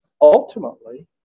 ultimately